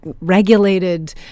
regulated